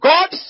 God